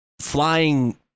flying